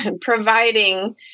providing